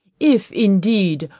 if, indeed,